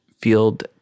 field